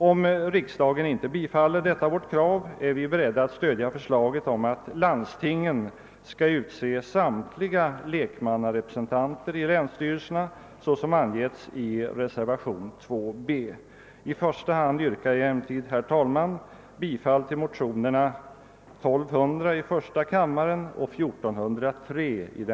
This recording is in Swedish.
Om riksdagen inte bifaller detta vårt krav är vi beredda att stödja förslaget att landstingen skall utse samtiiga lekmannarepresentanter 1 länsstyrelserna, såsom angivits i reservationen 2 b. I första hand yrkar jag emellertid, herr talman, bifall till motionerna I: 1200 och II: 1403.